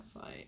fight